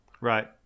Right